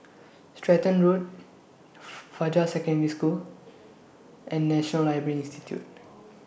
Stratton Road Fajar Secondary School and National Library Institute